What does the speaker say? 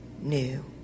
new